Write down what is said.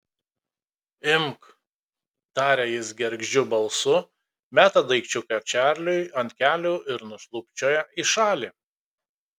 imk taria jis gergždžiu balsu meta daikčiuką čarliui ant kelių ir nušlubčioja į šalį